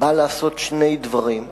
בא לעשות שני דברים,